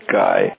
guy